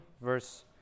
verse